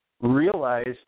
realized